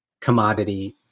commodity